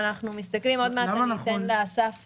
עוד מעט ניתן לאסף